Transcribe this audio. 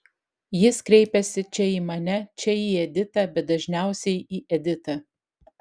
jis kreipiasi čia į mane čia į editą bet dažniausiai į editą